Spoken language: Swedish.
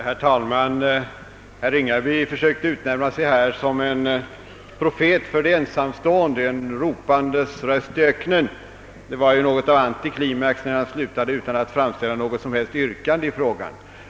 Herr talman! Herr Ringaby försökte utnämna sig till profet för de ensamstående, en ropandes röst i öknen. Det blev något av en antiklimax när han slutade sitt anförande utan att framställa något som helst yrkande i frågan.